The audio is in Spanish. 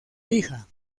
hija